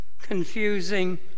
confusing